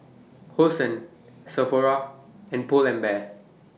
Hosen Sephora and Pull and Bear